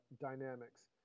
dynamics